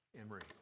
Emery